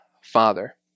Father